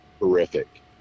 Horrific